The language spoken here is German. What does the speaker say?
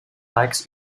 bikes